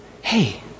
hey